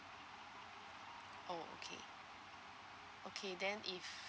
oh okay okay then if